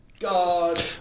God